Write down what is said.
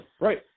Right